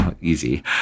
easy